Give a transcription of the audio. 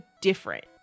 different